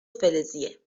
فلزیه